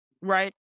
right